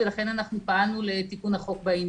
ולכן אנחנו פעלנו לתיקון החוק בעניין.